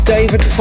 David